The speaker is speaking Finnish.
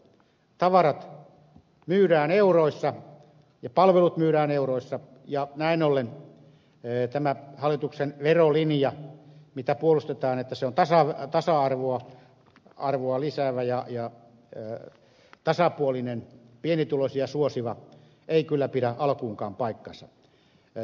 tavarat myydään euroissa ja palvelut myydään euroissa ja näin ollen kun tätä hallituksen verolinjaa puolustetaan että se on tasa arvoa lisäävä ja tasapuolinen pienituloisia suosiva niin se ei kyllä pidä alkuunkaan paikkaansa